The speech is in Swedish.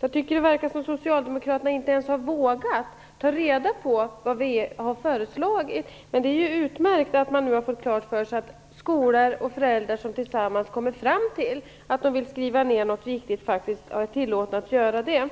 Jag tycker att det verkar som om socialdemokraterna inte ens har vågat ta reda på vad vi har föreslagit. Det är utmärkt att man nu har fått klart för sig att skolor och föräldrar som tillsammans kommer fram till att de vill skriva ned något viktigt faktiskt är tillåtna att göra det.